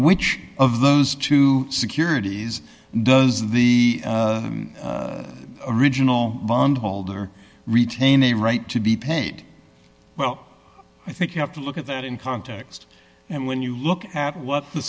which of those two securities does the original bond holder retain a right to be paid well i think you have to look at that in context and when you look at what the